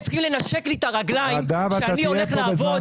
הם צריכים לנשק לי את הרגליים על כך שאני הולך לעבוד,